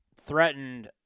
threatened